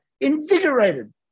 invigorated